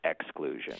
exclusion